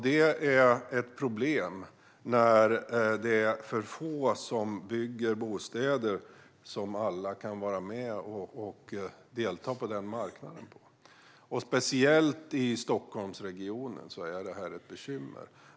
Det är ett problem när det är för få som bygger bostäder för en marknad där alla kan delta. Speciellt i Stockholmsregionen är detta ett bekymmer.